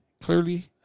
clearly